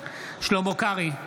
שלמה קרעי,